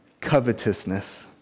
covetousness